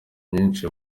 myinshi